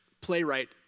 playwright